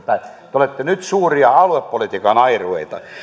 olette nyt suuria aluepolitiikan airueita